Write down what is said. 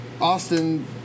Austin